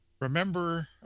Remember